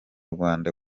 rwanda